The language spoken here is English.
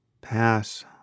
pass